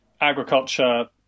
agriculture